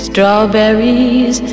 Strawberries